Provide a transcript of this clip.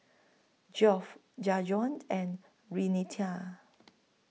Geoff Jajuan and Renita